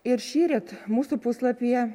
ir šįryt mūsų puslapyje